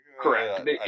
Correct